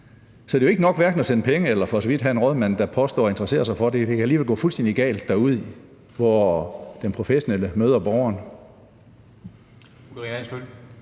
så det er jo hverken nok at sende penge eller for så vidt at have en rådmand, der påstår at interessere sig for det. Det kan alligevel gå fuldstændig galt derude, hvor den professionelle møder borgeren.